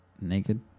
naked